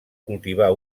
cultivar